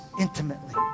intimately